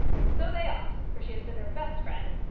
and so they ought, for she has been their best friend.